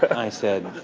but i said,